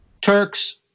Turks